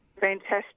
Fantastic